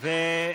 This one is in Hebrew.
כן.